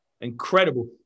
incredible